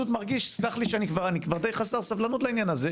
סלח לי, אני כבר די חסר סבלנות לעניין הזה,